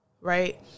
right